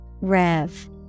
Rev